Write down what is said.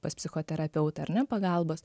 pas psichoterapeutą ar ne pagalbos